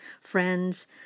friends